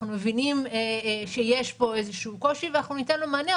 אנחנו מבינים שיש פה איזשהו קושי ואנחנו ניתן לו מענה,